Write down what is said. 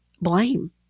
blame